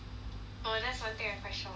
orh that's one thing I quite shocked too